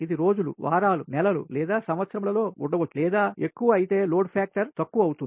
ఇది రోజులు వారాలు నెలలు లేదా సంవత్సరములలో ఉండవచ్చు లేదా T ఎక్కువ అయితే లోడ్ ఫ్యాక్టర్ తక్కువ అవుతుంది